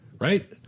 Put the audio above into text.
Right